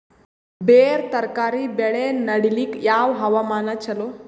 ಬೇರ ತರಕಾರಿ ಬೆಳೆ ನಡಿಲಿಕ ಯಾವ ಹವಾಮಾನ ಚಲೋ?